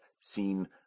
seen